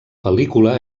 pel·lícula